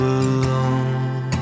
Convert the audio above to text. alone